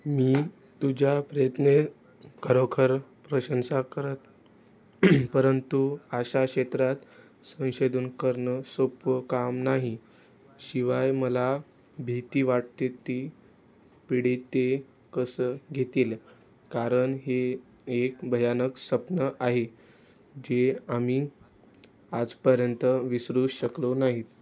मी तुझ्या प्रयत्ने खरोखर प्रशंसा करत परंतु अशा क्षेत्रात संशोधन करणं सोप्पं काम नाही शिवाय मला भीती वाटते ती पीडित ते कसं घेतील कारण हे एक भयानक स्वप्न आहे जे आम्ही आजपर्यंत विसरू शकलो नाही